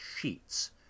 sheets